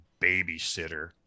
babysitter